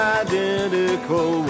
identical